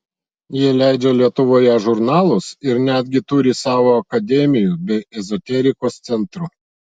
jie leidžia lietuvoje žurnalus ir netgi turi savo akademijų bei ezoterikos centrų